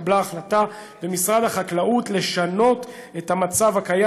התקבלה החלטה במשרד החקלאות לשנות את המצב הקיים.